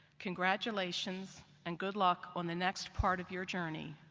congratulations and good luck on the next part of your journey,